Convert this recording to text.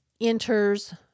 enters